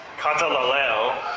katalaleo